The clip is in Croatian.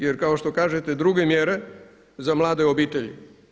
Jer kao što kažete druge mjere za mlade obitelji.